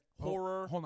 horror